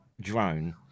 drone